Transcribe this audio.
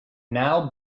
now